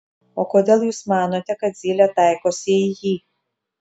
o kodėl jūs manote kad zylė taikosi į jį